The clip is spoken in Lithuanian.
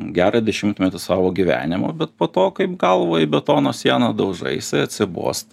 gerą dešimtmetį savo gyvenimo bet po to kaip galvą į betono sieną daužaisi atsibosta